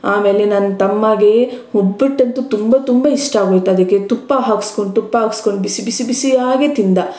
ಆಮೇಲೆ ನನ್ನ ತಮ್ಮಗೆ ಒಬ್ಬಟ್ಟಂತು ತುಂಬ ತುಂಬ ಇಷ್ಟ ಆಗೋಯ್ತು ಅದಕ್ಕೆ ತುಪ್ಪ ಹಾಕ್ಸ್ಕೊಂಡು ತುಪ್ಪ ಹಾಕ್ಸ್ಕೊಂಡು ಬಿಸಿ ಬಿಸಿ ಬಿಸಿಯಾಗಿ ತಿಂದ